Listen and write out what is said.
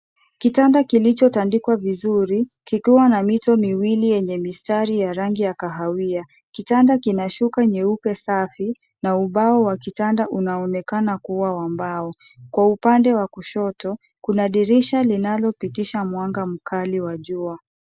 Kitanda kilichotandikwa vizuri, kikiwa na mito miwili yenye mistari ya rangi ya kahawia. Kitanda kina shuka nyeupe safi na ubao wa kitanda unaonekana kuwa wa mbao. Kwa upande wa kushoto, kuna dirisha linalopitisha mwanga mkali wa jua.